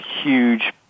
huge